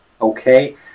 okay